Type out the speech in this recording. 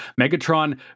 Megatron